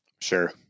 Sure